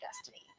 destiny